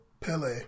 Pele